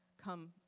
come